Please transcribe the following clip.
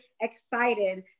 excited